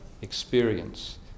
experience